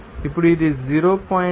అప్పుడు ఇది 0